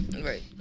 right